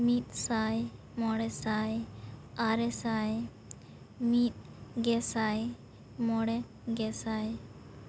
ᱢᱤᱫ ᱥᱟᱭ ᱢᱚᱬᱮ ᱥᱟᱭ ᱟᱨᱮ ᱥᱟᱭ ᱢᱤᱫ ᱜᱮᱥᱟᱭ ᱢᱚᱬᱮ ᱜᱮᱥᱟᱭ